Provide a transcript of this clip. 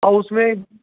और उसमें